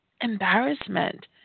embarrassment